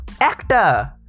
Actor